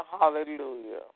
Hallelujah